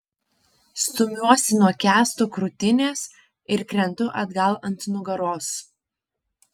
stumiuosi nuo kęsto krūtinės ir krentu atgal ant nugaros